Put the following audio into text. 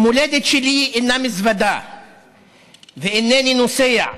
המולדת שלי אינה מזוודה ואינני נוסע.